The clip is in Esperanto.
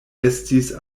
estis